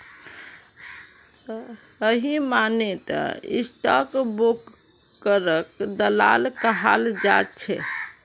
सही मायनेत स्टाक ब्रोकरक दलाल कहाल जा छे